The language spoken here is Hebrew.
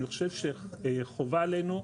אני חושב שחובה עלינו,